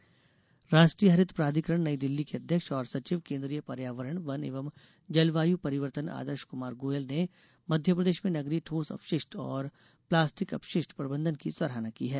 हरित प्राधिकरण राष्ट्रीय हरित प्राधिकरण नई दिल्ली के अध्यक्ष और सचिव केन्द्रीय पर्यावरण वन एवं जलवायु परिवर्तन आदर्श कुमार गोयल ने मध्यप्रदेश में नगरीय ठोस अपशिष्ट और प्लास्टिक अपशिष्ट प्रबंधन की सराहना की है